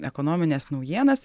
ekonomines naujienas